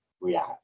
react